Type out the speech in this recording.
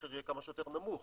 שהמחיר יהיה כמה שיותר נמוך